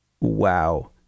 Wow